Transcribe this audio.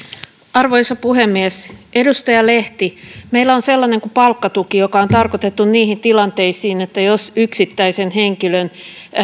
arvoisa puhemies edustaja lehti meillä on sellainen kuin palkkatuki joka on tarkoitettu niihin tilanteisiin jos yksittäisen henkilön